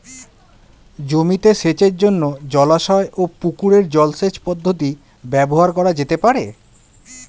জমিতে সেচের জন্য জলাশয় ও পুকুরের জল সেচ পদ্ধতি ব্যবহার করা যেতে পারে?